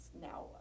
now